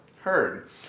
heard